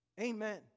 Amen